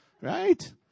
right